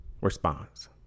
response